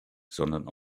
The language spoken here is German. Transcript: sondern